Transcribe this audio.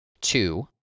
two